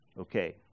Okay